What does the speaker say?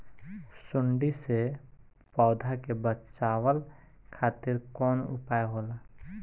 सुंडी से पौधा के बचावल खातिर कौन उपाय होला?